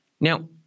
Now